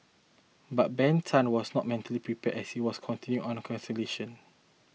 but Ben Tan was not mentally prepared as he was counting on a cancellation